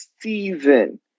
season